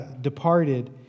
departed